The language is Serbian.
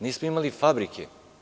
Nismo imali fabrike.